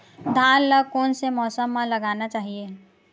धान ल कोन से मौसम म लगाना चहिए?